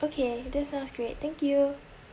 okay that sounds great thank you